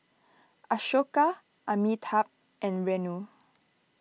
Ashoka Amitabh and Renu